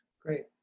Great